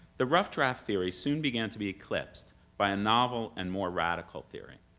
the rough draft theory soon began to be eclipsed by a novel and more radical theory.